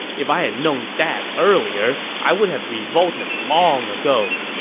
if i had known that earlier, i would have revolted long ago.